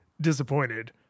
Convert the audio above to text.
disappointed